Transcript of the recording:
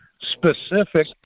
specific